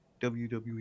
WWE